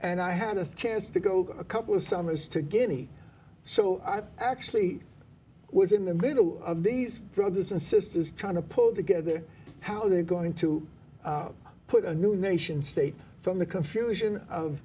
and i had a chance to go a couple summers to guinea so i actually was in the middle of these brothers and sisters kind of pulled together how they going to put a new nation state from the confusion of